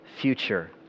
future